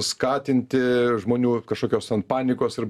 skatinti žmonių kažkokios ten panikos ir